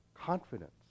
confidence